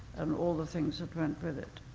and all the things that went with it.